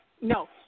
no